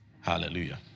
Hallelujah